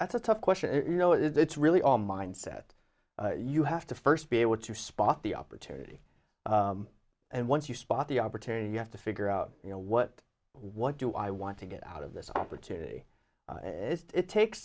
that's a tough question you know it's really our mindset you have to first be able to spot the opportunity and once you spot the opportunity you have to figure out you know what what do i want to get out of this opportunity it takes